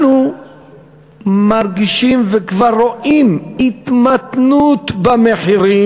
אנחנו מרגישים, וכבר רואים, התמתנות במחירים.